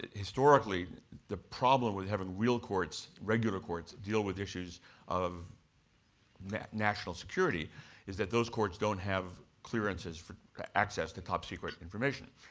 historically the problem with having real courts, regular courts deal with issues of national security is that those courts don't have clearances for access to top secret information.